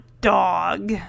dog